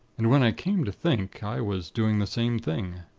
and when i came to think, i was doing the same thing.